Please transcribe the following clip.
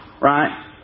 right